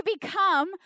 become